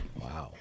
Wow